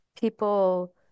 people